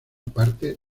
parte